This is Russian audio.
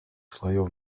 слоев